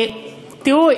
תראו,